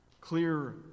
clear